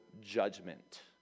judgment